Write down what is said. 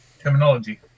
Terminology